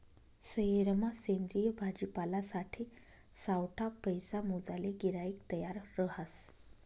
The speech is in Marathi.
सयेरमा सेंद्रिय भाजीपालासाठे सावठा पैसा मोजाले गिराईक तयार रहास